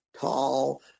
tall